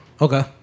Okay